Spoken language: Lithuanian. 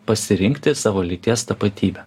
pasirinkti savo lyties tapatybę